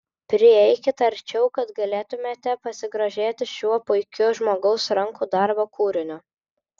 prieikit arčiau kad galėtumėte pasigrožėti šiuo puikiu žmogaus rankų darbo kūriniu